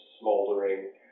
smoldering